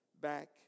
back